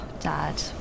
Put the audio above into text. dad